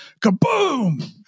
kaboom